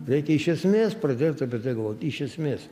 reikia iš esmės pradėt apie tai galvot iš esmės